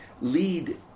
lead